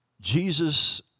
Jesus